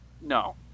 No